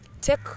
take